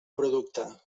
producte